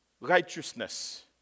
righteousness